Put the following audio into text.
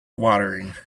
watering